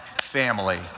family